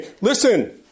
listen